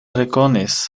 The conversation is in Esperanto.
rekonis